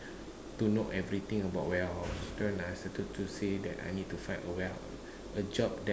to know everything about warehouse then I started to say that I need to find a warehouse a job that